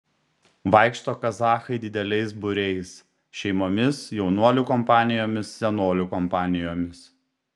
vaikšto kazachai dideliais būriais šeimomis jaunuolių kompanijomis senolių kompanijomis